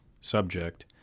subject